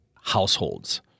households